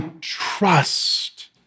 trust